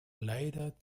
leider